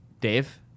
Dave